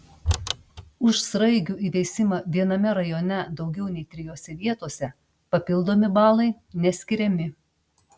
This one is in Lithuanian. už sraigių įveisimą viename rajone daugiau nei trijose vietose papildomi balai neskiriami